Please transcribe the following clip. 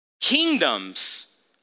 Kingdoms